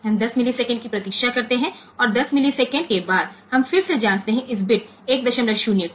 हम 10 मिलीसेकंड की प्रतीक्षा करते हैं और 10 मिलीसेकंड के बाद हम फिर से जांचते इस बिट 10 को